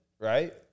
right